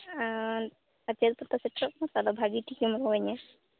ᱪᱟᱹᱛ ᱯᱟᱛᱟ ᱥᱮᱴᱮᱨᱚᱜ ᱠᱟᱱᱟ ᱛᱚ ᱟᱫᱚ ᱵᱷᱟᱜᱮ ᱴᱤᱷᱤᱠ ᱮᱢ ᱨᱚᱜ ᱟᱹᱧᱟᱹ